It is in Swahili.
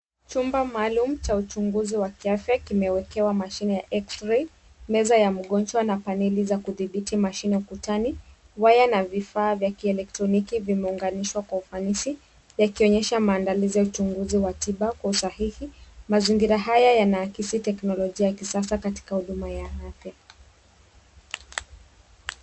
Chumba maalum cha uchunguzi wa kiafya imewekwa mashini ya x-ray meza ya mgonjwa na paneli za kudhibithi mashini ukutani waya na vifaa vya kielektroniki vimeunganishwa kwa ufanisi yakionyesha maandalizi au uchunguzi wa tiba kwa usahihi. Mazingira haya yanaakisi teknolojia ya kisasa Katika huduma ya afya .